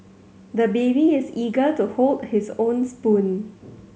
the baby is eager to hold his own spoon